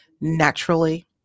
naturally